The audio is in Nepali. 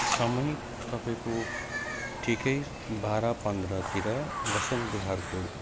समय तपाईँको ठिकै बाह्र पन्ध्रतिर बसन्त बिहारको